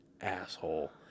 asshole